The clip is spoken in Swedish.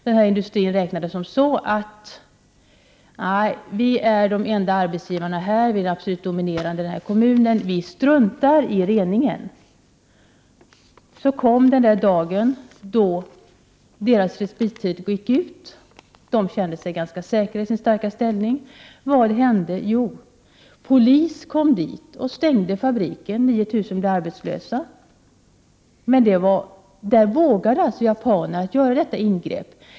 Denna industri ansåg sig emellertid vara den enda och dominerande arbetsgivaren i området och struntade i reningen. Så kom den dag då företagets respittid gick ut. Inom industrin kände man sig ganska säker i sin starka ställning. Vad hände? Jo, polis kom dit och stängde fabriken. 9 000 arbetare blev arbetslösa. Japanerna vågade alltså göra detta ingrepp.